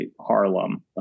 Harlem